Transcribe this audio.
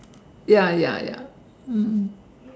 ya ya ya mm